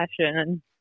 passion